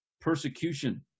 persecution